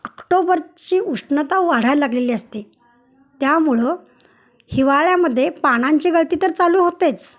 ऑक्टोबरची उष्णता वाढायला लागलेली असते त्यामुळं हिवाळ्यामध्ये पानांची गळती तर चालू होतेच